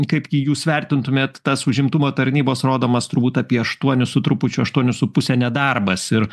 kaip jį jūs vertintumėt tas užimtumo tarnybos rodomas turbūt apie aštuonis su trupučiu aštuonių su puse nedarbas ir